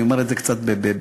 אני אומר את זה קצת בצחוק,